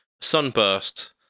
Sunburst